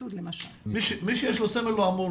מי שיש לו סמל, אמור